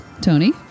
Tony